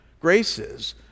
graces